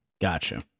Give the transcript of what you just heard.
Gotcha